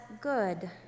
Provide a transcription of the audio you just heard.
good